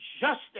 justice